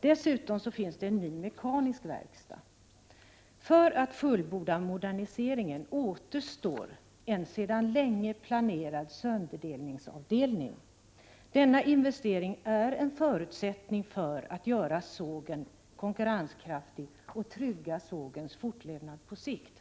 Dessutom finns en ny mekanisk verkstad. För att fullborda moderniseringen återstår en sedan länge planerad sönderdelnings avdelning. Denna investering är en förutsättning för att göra sågen konkur = Prot. 1987/88:34 renskraftig och för att trygga sågens fortlevnad på sikt.